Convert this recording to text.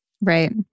Right